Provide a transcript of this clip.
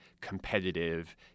competitive